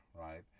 right